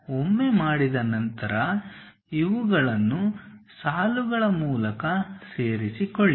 ಒಮ್ಮೆ ಮಾಡಿದ ನಂತರ ಇವುಗಳನ್ನು ಸಾಲುಗಳ ಮೂಲಕ ಸೇರಿಕೊಳ್ಳಿ